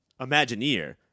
imagineer